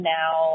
now